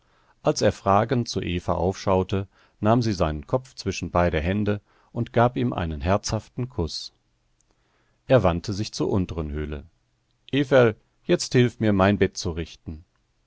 als er fragend zu eva aufschaute nahm sie seinen kopf zwischen beide hände und gab ihm einen herzhaften kuß er wandte sich zur unteren höhle everl jetzt hilf mir mein bett richten